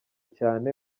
cyane